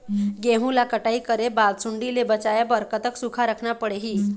गेहूं ला कटाई करे बाद सुण्डी ले बचाए बर कतक सूखा रखना पड़ही?